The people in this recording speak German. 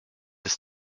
des